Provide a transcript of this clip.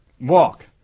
walk